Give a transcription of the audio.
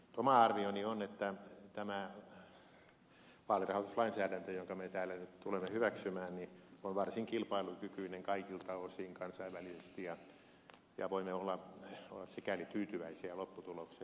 oma arvioni on että tämä vaalirahoituslainsäädäntö jonka me nyt täällä tulemme hyväksymään on varsin kilpailukykyinen kaikilta osin kansainvälisesti ja voimme olla sikäli tyytyväisiä lopputulokseen